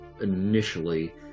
initially